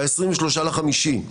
ב-23 במאי,